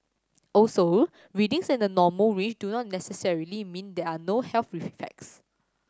also readings in the normal range do not necessarily mean there are no health effects